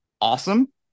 awesome